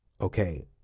okay